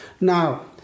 Now